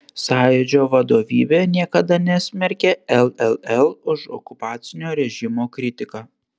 sąjūdžio vadovybė niekada nesmerkė lll už okupacinio režimo kritiką